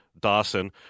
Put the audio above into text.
Dawson